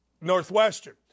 Northwestern